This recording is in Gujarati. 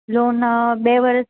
લોન બે વર્ષ